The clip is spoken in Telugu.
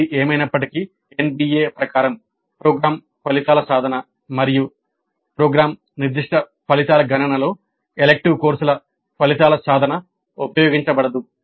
ఏది ఏమయినప్పటికీ ఎన్బిఎ ప్రకారం ప్రోగ్రామ్ ఫలితాల సాధన మరియు ప్రోగ్రామ్ నిర్దిష్ట ఫలితాల గణనలో ఎలిక్టివ్ కోర్సుల ఫలితాల సాధన ఉపయోగించబడదు